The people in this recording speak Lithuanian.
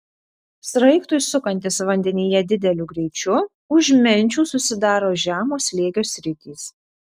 sraigtui sukantis vandenyje dideliu greičiu už menčių susidaro žemo slėgio sritys